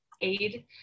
aid